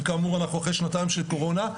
וכאמור אנחנו אחרי שנתיים של קורונה,